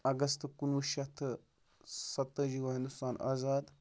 اگست کُنوُہ شَتھ تہٕ سَتہٕ تٲجی گوٚو ہِندُستان آزاد